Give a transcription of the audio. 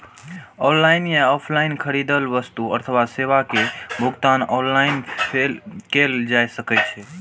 online या offline खरीदल वस्तु अथवा सेवा के भुगतान ऑनलाइन कैल जा सकैछ